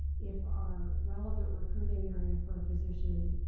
if are relevant recruiting area for a position,